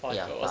ya